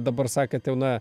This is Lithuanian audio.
dabar sakėt jau na